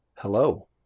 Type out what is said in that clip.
Hello